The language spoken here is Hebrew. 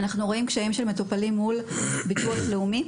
אנחנו רואים קשיים של מטופלים מול ביטוח לאומי.